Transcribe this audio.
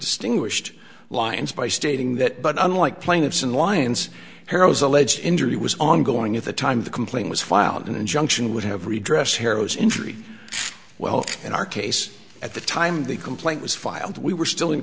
distinguished lines by stating that but unlike plaintiffs and lions heroes alleged injury was ongoing at the time the complaint was filed an injunction would have redress heroes injury well in our case at the time the complaint was filed we were still in